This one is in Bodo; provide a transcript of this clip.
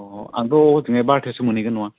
अ आंथ हरैथिंजाय बारथायावसो मोनहैगोन नङा